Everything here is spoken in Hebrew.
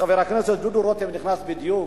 חבר הכנסת דודו רותם נכנס בדיוק,